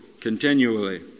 continually